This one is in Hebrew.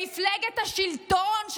שמפלגת השלטון,